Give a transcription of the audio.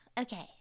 okay